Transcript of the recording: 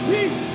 peace